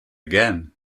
again